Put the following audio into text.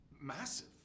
massive